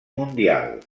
mundial